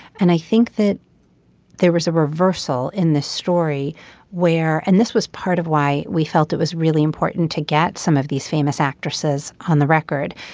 and i think that there was a reversal in this story where and this was part of why we felt it was really important to get some of these famous actresses on the record.